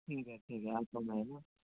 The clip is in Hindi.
ठीक है ठीक है आता हूँ मैं है न